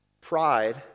Pride